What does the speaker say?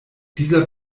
dieser